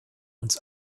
uns